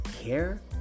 care